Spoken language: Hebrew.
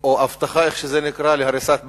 או אבטחה, איך שזה נקרא, להריסת בית,